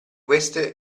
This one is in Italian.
queste